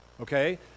Okay